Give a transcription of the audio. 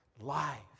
life